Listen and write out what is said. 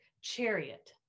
chariot